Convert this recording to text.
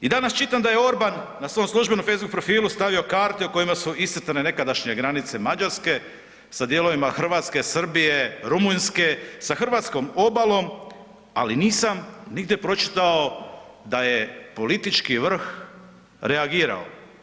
I danas čitam da je Orban na svom službenom Facebook profilu stavio karte u kojima su iscrtane nekadašnje granice Mađarske sa dijelovima Hrvatske, Srbije, Rumunjske, sa hrvatskom obalom, ali nisam nigdje pročitao da je politički vrh reagirao.